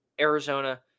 Arizona